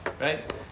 right